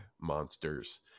monsters